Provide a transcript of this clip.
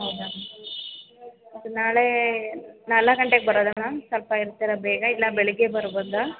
ಹೌದಾ ಓಕೆ ನಾಳೆ ನಾಲ್ಕು ಗಂಟೆಗೆ ಬರೋದ ಮ್ಯಾಮ್ ಸ್ವಲ್ಪ ಇರ್ತೀರ ಬೇಗ ಇಲ್ಲ ಬೆಳಿಗ್ಗೆ ಬರ್ಬೋದ